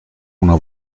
una